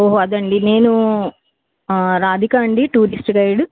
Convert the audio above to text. ఓహో అదండి నేను రాధికా అండి టూరిస్ట్ గైడ్